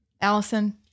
Allison